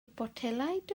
botelaid